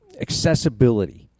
accessibility